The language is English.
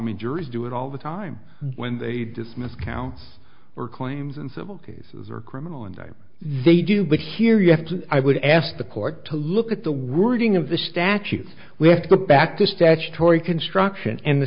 mean juries do it all the time when they dismiss counts or claims in civil cases or criminal and they do but here you have to i would ask the court to look at the wording of the statutes we have to back the statutory construction and the